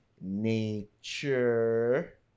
nature